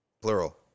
plural